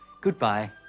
Goodbye